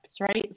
right